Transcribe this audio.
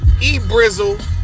E-Brizzle